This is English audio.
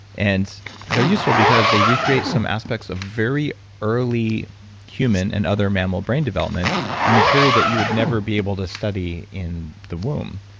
and they're useful because they recreate some aspects of very early human and other mammal brain development in a period that you would never be able to study in the womb.